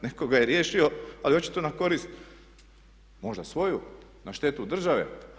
Netko ga je riješio ali očito na korist možda svoju, na štetu države.